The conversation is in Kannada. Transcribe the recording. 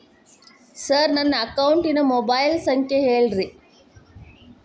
ಸರ್ ನನ್ನ ಅಕೌಂಟಿನ ಮೊಬೈಲ್ ಸಂಖ್ಯೆ ಹೇಳಿರಿ